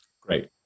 Great